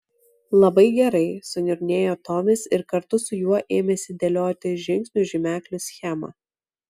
labai gerai suniurnėjo tomis ir kartu su juo ėmėsi dėlioti žingsnių žymeklių schemą